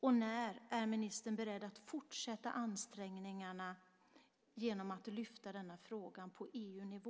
Och när är ministern beredd att fortsätta ansträngningarna genom att lyfta upp frågan på EU-nivå?